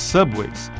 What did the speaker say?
Subways